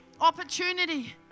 opportunity